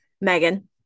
megan